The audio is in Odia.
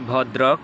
ଭଦ୍ରକ